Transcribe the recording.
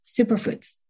superfoods